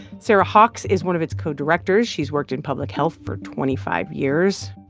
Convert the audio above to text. sarah hawkes is one of its co-directors. she's worked in public health for twenty five years.